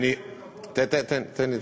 אדוני,